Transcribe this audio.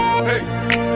Hey